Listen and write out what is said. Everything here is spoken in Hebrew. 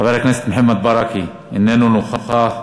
חבר הכנסת מוחמד ברכה, איננו נוכח,